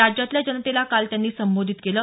राज्यातल्या जनतेला काल त्यांनी संबोधित केलं